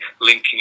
linking